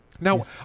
Now